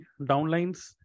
downlines